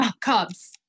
Cubs